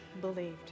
believed